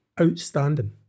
outstanding